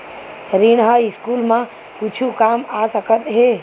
ऋण ह स्कूल मा कुछु काम आ सकत हे?